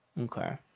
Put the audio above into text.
okay